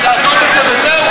אז נעזוב את זה וזהו?